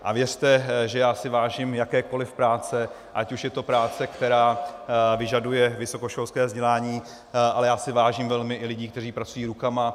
A věřte, že si vážím jakékoliv práce, ať už je to práce, která vyžaduje vysokoškolské vzdělání, ale vážím si velmi i lidí, kteří pracují rukama.